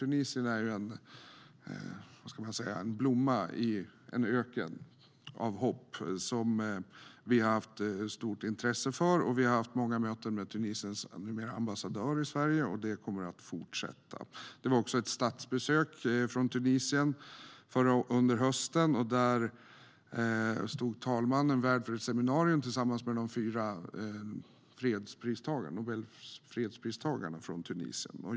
Tunisien är en blomma av hopp i en öken, som vi har stort intresse för. Vi har haft många möten med Tunisiens nuvarande ambassadör i Sverige, och detta kommer att fortsätta. Det skedde också ett statsbesök från Tunisien under hösten då talmannen stod värd för ett seminarium tillsammans med de fyra pristagarna av Nobels fredspris från Tunisien.